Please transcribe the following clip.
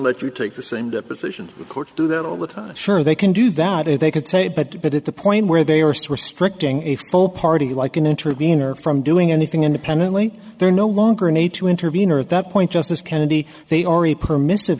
let you take the same deposition courts do that all the time sure they can do that if they can say but but at the point where they are restricting a full party like an intervenor from doing anything independently they're no longer need to intervene or at that point justice kennedy they already permissive